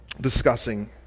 discussing